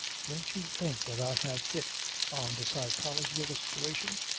don't you think that i have hit on the psychology of the situation.